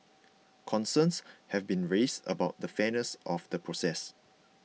concerns have been raised about the fairness of the process